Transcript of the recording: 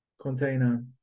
container